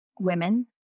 Women